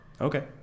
okay